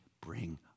bring